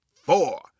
four